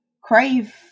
crave